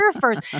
first